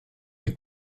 mes